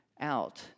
out